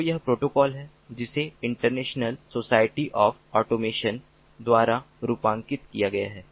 तो यह प्रोटोकॉल है जिसे इंटरनेशनल सोसाइटी ऑफ़ ऑटोमेशन द्वारा रूपांकित किया गया है